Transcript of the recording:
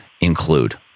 include